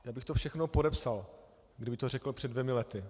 Já bych to všechno podepsal, kdyby to řekl před dvěma lety.